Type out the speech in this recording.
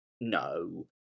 no